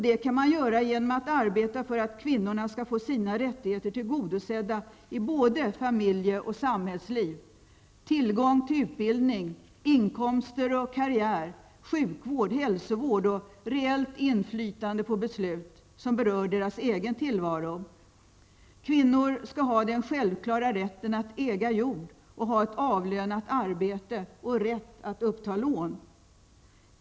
Det kan man göra genom att arbeta för att kvinnorna skall få sina rättigheter tillgodosedda i både familje och samhällsliv, tillgång till utbildning, inkomster och karriär, sjukvård, hälsovård och reellt inflytande på beslut, som berör deras egen tillvaro. Kvinnor skall ha den självklara rätten att äga jord, att ha ett avlönat arbete och rätt att uppta lån.